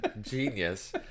genius